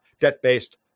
debt-based